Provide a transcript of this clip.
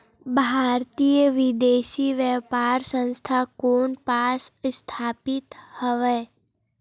भारतीय विदेश व्यापार संस्था कोन पास स्थापित हवएं?